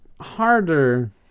harder